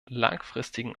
langfristigen